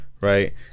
right